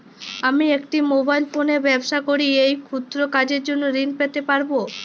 আমি একটি মোবাইল ফোনে ব্যবসা করি এই ক্ষুদ্র কাজের জন্য ঋণ পেতে পারব?